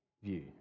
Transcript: View